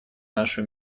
нашу